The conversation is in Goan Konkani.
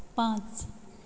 पांच